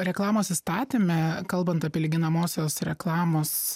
reklamos įstatyme kalbant apie lyginamosios reklamos